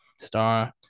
star